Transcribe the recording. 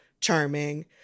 charming